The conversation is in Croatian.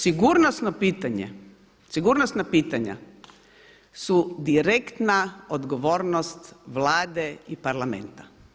Sigurnosno pitanje, sigurnosna pitanja su direktna, odgovornost Vlade i parlamenta.